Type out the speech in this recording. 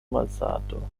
malsato